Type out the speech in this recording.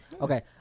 Okay